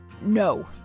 No